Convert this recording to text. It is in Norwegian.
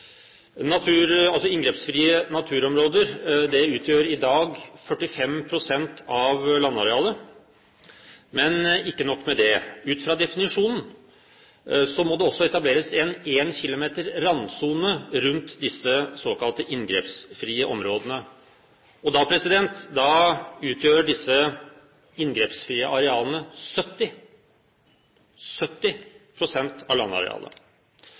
Inngrepsfrie naturområder utgjør i dag 45 pst. av landarealet, men ikke nok med det: Ut fra definisjonen må det også etableres en 1 km randsone rundt disse såkalte inngrepsfrie områdene, og da utgjør disse inngrepsfrie arealene 70 pst. av landarealet.